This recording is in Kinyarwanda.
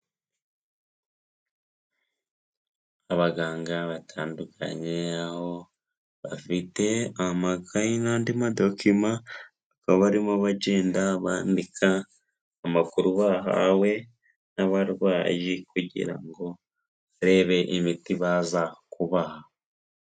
Abaganga batandukanye bafite amakayi n'andi madokima; bakaba barimo bagenda bandika amakuru bahawe n'abarwayi; kugira ngo barebe imiti baza kubaha.